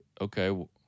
okay